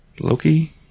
Loki